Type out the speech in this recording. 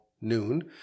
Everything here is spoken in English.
noon